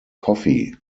coffee